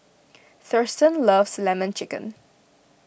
Thurston loves Lemon Chicken